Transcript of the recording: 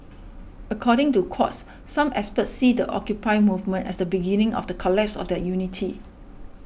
according to Quartz some experts see the Occupy movement as the beginning of the collapse of their unity